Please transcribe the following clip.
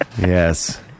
Yes